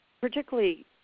particularly